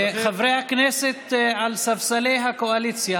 חברי הכנסת על ספסלי הקואליציה.